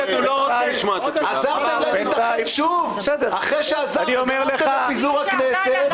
עזרתם להם להתאחד שוב אחרי שגרמתם לפיזור הכנסת.